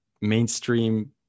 mainstream